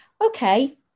okay